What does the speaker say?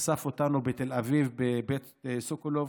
הוא אסף אותנו בתל אביב בבית סוקולוב,